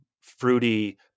fruity